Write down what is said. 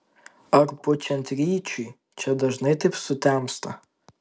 ar pučiant ryčiui čia dažnai taip sutemsta